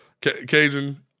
cajun